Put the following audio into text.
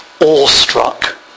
awestruck